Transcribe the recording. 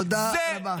תודה רבה.